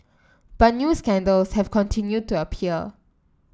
but new scandals have continued to appear